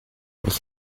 ich